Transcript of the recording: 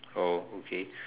oh okay